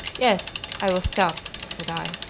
yes, i will stop, said i,